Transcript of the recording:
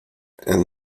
and